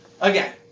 Again